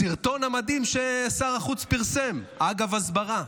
בסרטון המדהים ששר החוץ פרסם, אגב הסברה.